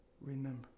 Remember